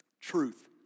Truth